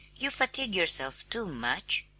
you fatigue yourself too much!